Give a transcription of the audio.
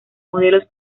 modelos